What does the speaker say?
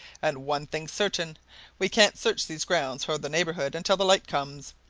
and one thing's certain we can't search these grounds or the neighbourhood until the light comes.